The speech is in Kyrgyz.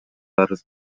арыз